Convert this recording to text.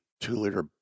two-liter